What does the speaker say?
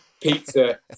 pizza